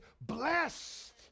blessed